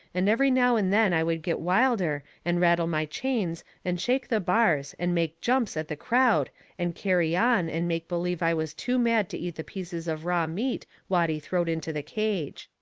and every now and then i would get wilder and rattle my chains and shake the bars and make jumps at the crowd and carry on, and make believe i was too mad to eat the pieces of raw meat watty throwed into the cage.